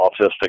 autistic